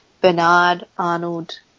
Bernard-Arnold